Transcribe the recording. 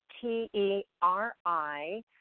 T-E-R-I